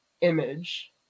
image